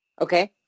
Okay